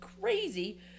crazy